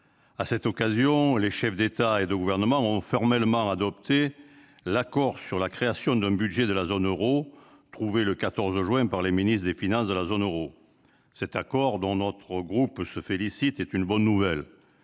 à cette rencontre, les chefs d'États et de gouvernement ont formellement adopté l'accord sur la création d'un budget de la zone euro conclu le 14 juin par les ministres des finances de la zone euro. Cet accord, dont notre groupe se félicite, est une bonne nouvelle.